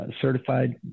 certified